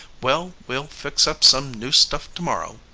well, we'll fix up some new stuff to-morrow.